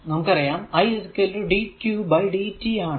നമുക്കറിയാം idqdt ആണ്